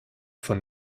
von